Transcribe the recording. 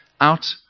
Out